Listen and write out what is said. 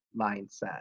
mindset